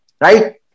Right